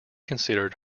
considered